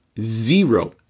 zero